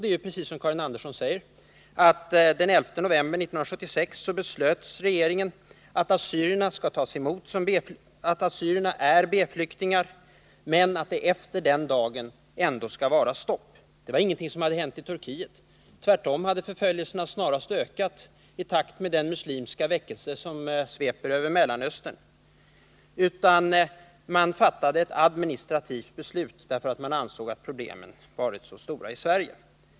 Det är riktigt att regeringen den 11 november 1976 beslöt att assyrierna är B-flyktingar — men att det efter den dagen ändå skulle vara stopp för deras invandring. Det berodde inte på att något hade hänt i Turkiet —-tvärtom hade förföljelserna snarast ökat i takt med den muslimska väckelse som sveper över Mellanöstern. Man fattade ett administrativt beslut därför att man ansåg att problemen blivit stora i Sverige.